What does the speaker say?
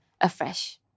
afresh